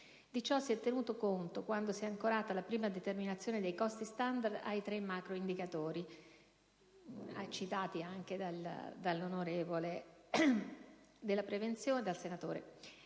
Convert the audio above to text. Di ciò si è tenuto conto, quando si è ancorata la prima determinazione dei costi standard ai tre macroindicatori, citati anche dal senatore Compagna, della prevenzione, della